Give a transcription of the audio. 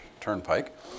Turnpike